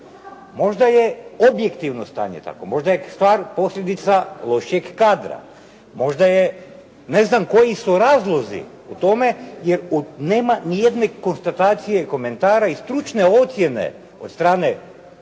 možda je objektivno stanje, možda je stvar posljedica lošeg kadra, možda je ne znam koji su razlozi u tome, jer nema nijedne konstatacije i komentara i stručne ocjene od strane prvih